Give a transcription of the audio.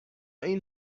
این